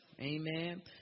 Amen